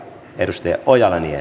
arvoisa herra puhemies